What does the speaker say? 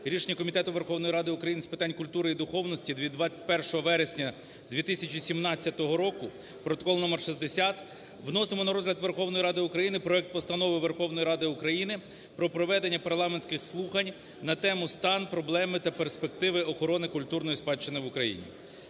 рішення Комітету Верховної Ради України з питань культури і духовності 21 вересня 2017 року (протокол № 60) вносимо на розгляд Верховної Ради України проект Постанови Верховної Ради України "Про проведення парламентських слухань на тему: "Стан, проблеми та перспективи охорони культурної спадщини в Україні".